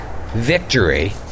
victory